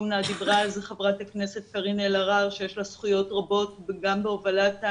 זה היה דרך מסגרות החינוך ועכשיו הן גם לא קיימות,